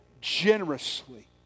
generously